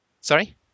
Sorry